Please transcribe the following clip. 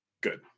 Good